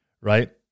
right